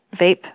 vape